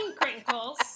crinkles